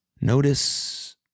notice